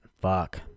fuck